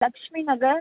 Lekshmi Nagar